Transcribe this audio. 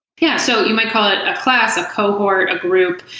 yeah. so you might call it a class, a cohort, group.